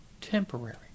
temporary